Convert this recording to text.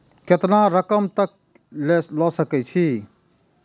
केतना रकम तक ले सके छै?